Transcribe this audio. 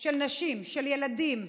של נשים, של ילדים,